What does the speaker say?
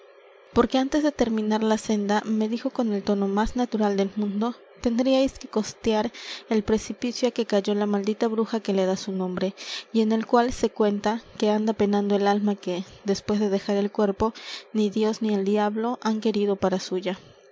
porque antes de terminar la senda me dijo con el tono más natural del mundo tendríais que costear el precipicio á que cayó la maldita bruja que le da su nombre y en el cual se cuenta que anda penando el alma que después de dejar el cuerpo ni dios ni el diablo han querido para suya